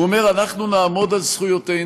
הוא אומר: אנחנו נעמוד על זכויותינו.